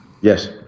Yes